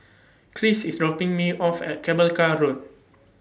Kris IS dropping Me off At Cable Car Road